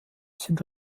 sind